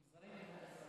למען האזרחים.